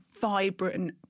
vibrant